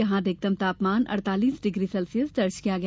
यहां अधिकतम तापमान अड़तालीस डिग्री सेल्सियस दर्ज किया गया